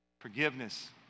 Forgiveness